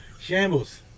Shambles